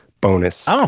bonus